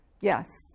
Yes